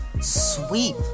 sweep